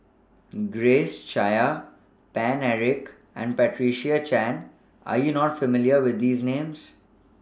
Grace Chia Paine Eric and Patricia Chan Are YOU not familiar with These Names